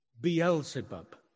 Beelzebub